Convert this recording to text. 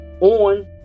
on